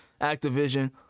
activision